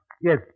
Yes